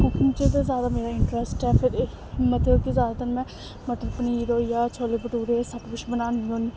cooking च ते जादा मेरा इंट्रस्ट ऐ फिर मतलब के जादातर में मटर पनीर होई गेआ छोले भटूरो एह् सब कुछ बनानी होन्नी